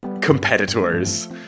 competitors